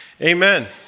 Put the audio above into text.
Amen